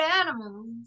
animals